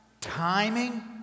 timing